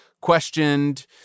Questioned